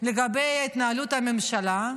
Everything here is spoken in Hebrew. לגבי התנהלות הממשלה,